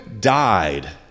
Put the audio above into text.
died